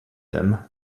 them